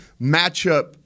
matchup